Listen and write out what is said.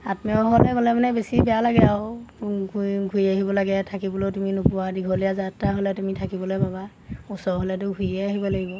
আত্মীয় ঘৰলৈ মানে বেছি বেয়া লাগে আৰু ঘূৰি ঘূৰি আহিব লাগে থাকিবলৈও তুমি নোপোৱা দীঘলীয়া যাত্ৰা হ'লে তুমি থাকিবলৈ পাবা ওচৰ হ'লেতো ঘূৰিয়ে আহিব লাগিব